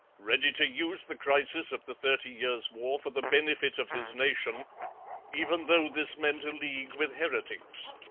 ready to use the crisis of the thirty years' war for the benefit of his nation even though this meant a league with heretics.